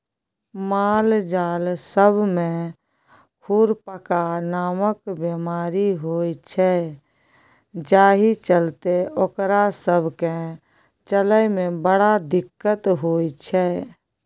मालजाल सब मे खुरपका नामक बेमारी होइ छै जाहि चलते ओकरा सब केँ चलइ मे बड़ दिक्कत होइ छै